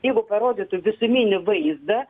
jeigu parodytų visuminį vaizdą